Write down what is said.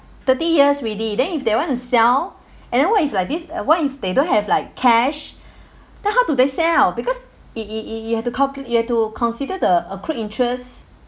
thirty years already then if they want to sell and then what if like this what if they don't have like cash then how do they sell because you you you have to calculate you have to consider the accrued interest